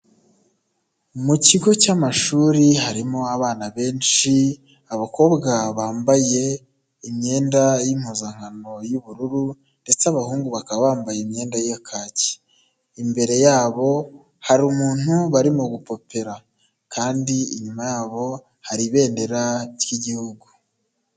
Mu kigo cy'amashuri harimo abana benshi, abakobwa bambaye imyenda y'impuzankano y'ubururu ndetse abahungu bakaba bambaye imyenda ya kaki, imbere yabo hari umuntu barimo gupopera kandi inyuma yabo hari ibendera ry'igihugu.